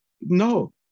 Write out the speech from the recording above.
no